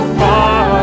far